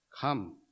come